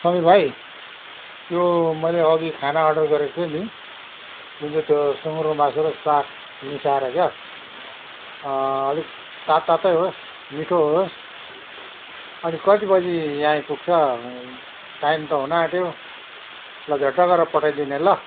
समीर भाइ त्यो मैले अघि खाना अर्डर गरेको थिएँ नि जुन चाहिँ त्यो सुँगुरको मासु र साग मिसाएर क्या आलिक तातो तातै होस् मिठो होस् अनि कतिबजे यहाँ आइपुग्छ टाइम त हुनु आँट्यो ल झट्ट गरेर पठाइदिने ल